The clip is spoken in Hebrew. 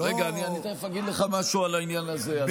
אני תכף אגיד לך משהו על העניין הזה.